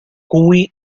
cui